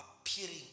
appearing